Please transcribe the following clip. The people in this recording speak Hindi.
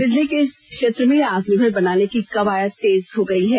बिजली के क्षेत्र में आत्मनिर्भर बनाने की कवायद तेज हो गई है